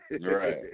Right